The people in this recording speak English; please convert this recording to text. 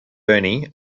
bernie